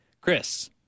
Chris